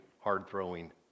hard-throwing